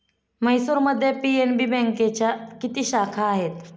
म्हैसूरमध्ये पी.एन.बी बँकेच्या किती शाखा आहेत?